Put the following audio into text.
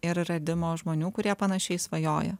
ir radimo žmonių kurie panašiai svajoja